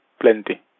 plenty